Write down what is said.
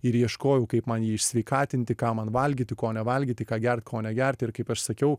ir ieškojau kaip man jį išsveikatinti ką man valgyti ko nevalgyti ką gert ko negert ir kaip aš sakiau